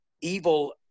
evil